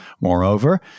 Moreover